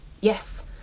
Yes